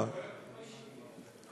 יכול להיות שמתביישים.